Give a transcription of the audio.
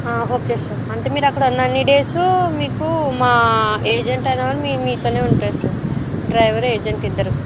okay sir అంటే మీరు అక్కడ ఉన్న అన్నీ డేసు మీకు మా ఏజెంట్ అనేవాడు మీ మీతోనే ఉంటాడు సార్ డ్రైవరు ఏజెంట్ ఇద్దరూ